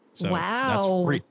Wow